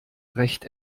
recht